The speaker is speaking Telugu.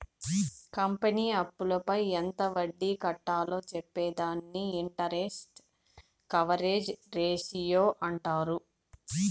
కంపెనీ అప్పులపై ఎంత వడ్డీ కట్టాలో చెప్పే దానిని ఇంటరెస్ట్ కవరేజ్ రేషియో అంటారు